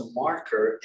marker